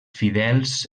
fidels